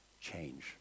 Change